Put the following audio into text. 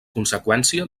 conseqüència